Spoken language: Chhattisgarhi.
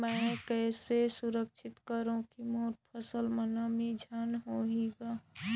मैं कइसे सुरक्षित करो की मोर फसल म नमी झन होही ग?